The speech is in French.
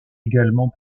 également